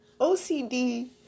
OCD